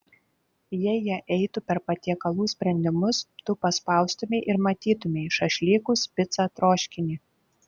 jei jie eitų per patiekalų sprendimus tu paspaustumei ir matytumei šašlykus picą troškinį